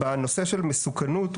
הנושא של מסוכנות,